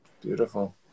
Beautiful